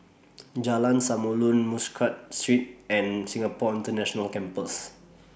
Jalan Samulun Muscat Street and Singapore International Campus